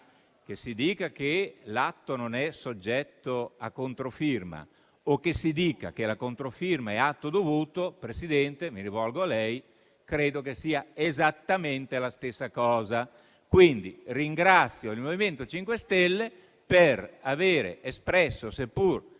Che si dica che l'atto non è soggetto a controfirma o che si dica che la controfirma è atto dovuto - mi rivolgo a lei, Presidente - credo che sia esattamente la stessa cosa. Quindi ringrazio il MoVimento 5 Stelle per aver espresso, seppur